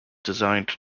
designed